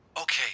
Okay